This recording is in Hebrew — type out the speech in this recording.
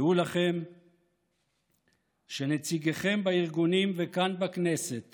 דעו לכם שנציגיכם בארגונים וכאן בכנסת